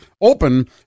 Open